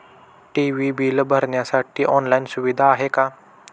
TV bill भरण्यासाठी online सुविधा आहे का?